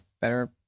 better